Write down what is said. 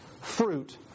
fruit